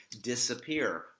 disappear